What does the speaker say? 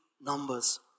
numbers